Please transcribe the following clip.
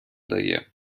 дає